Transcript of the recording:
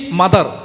Mother